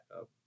up